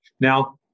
Now